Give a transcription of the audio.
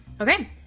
Okay